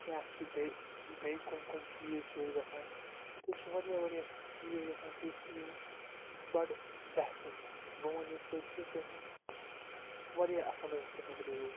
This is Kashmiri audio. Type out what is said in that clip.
کیٛاہ چھِ بیٚیہِ بیٚیہِ کُم کُم چیٖز چھِ ییٚتہِ گژھان ییٚتہِ حظ چھِ واریاہ واریاہ چیٖز گَژھان کہِ یِمہٕ بَڑٕ بہتریٖن چھِ بہٕ وَنہٕ یِتھ پٲٹھۍ کہِ تِہُنٛد واریاہ اَصٕل حَظ چھِ تِہُنٛد رِوِو